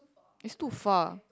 is too far